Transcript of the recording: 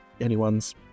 anyone's